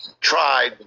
tried